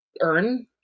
earn